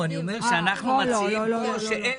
כי אנחנו נרצה להגדיל